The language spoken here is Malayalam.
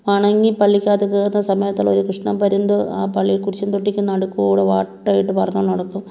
വണങ്ങി പള്ളിക്കകത്ത് കയറുന്ന സമയതുള്ളൊരു കൃഷ്ണപ്പരുന്ത് ആ പള്ളി കുരിശും തൊട്ടിക്ക് നടുക്ക് കൂടെ വട്ടമിട്ട് പറന്ന് നടക്കും